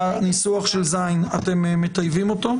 הניסוח של סעיף (ז) אתם מטייבים אותו?